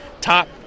Top